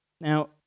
Now